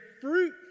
fruit